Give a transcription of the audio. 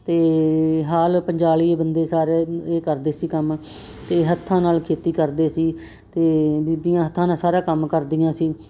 ਅਤੇ ਹਲ ਪੰਜਾਲੀ ਬੰਦੇ ਸਾਰੇ ਇਹ ਕਰਦੇ ਸੀ ਕੰਮ ਅਤੇ ਹੱਥਾਂ ਨਾਲ ਖੇਤੀ ਕਰਦੇ ਸੀ ਅਤੇ ਬੀਬੀਆਂ ਹੱਥਾਂ ਨਾਲ ਸਾਰਾ ਕੰਮ ਕਰਦੀਆਂ ਸੀ